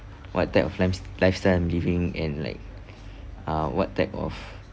what type of limes~ lifestyle I'm living and like uh what type of